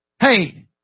Hey